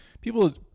people